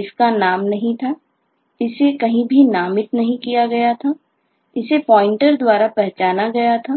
इसका नाम नहीं था इसे कहीं भी नामित नहीं किया गया था इसे प्वाइंटर कर